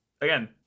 again